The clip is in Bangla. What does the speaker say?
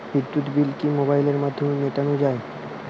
বিদ্যুৎ বিল কি মোবাইলের মাধ্যমে মেটানো য়ায়?